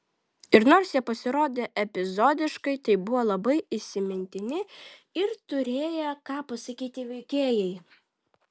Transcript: ir nors jie pasirodė epizodiškai tai buvo labai įsimintini ir turėję ką pasakyti veikėjai